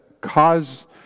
cause